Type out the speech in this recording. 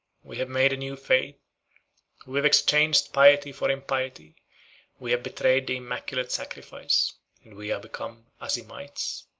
we have made a new faith we have exchanged piety for impiety we have betrayed the immaculate sacrifice and we are become azymites.